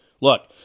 Look